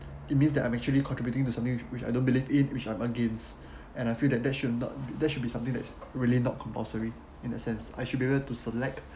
it means that I'm actually contributing to something which which I don't believe in which I'm against and I feel that that should not there should be something that's really not compulsory in a sense I should be able to select